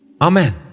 Amen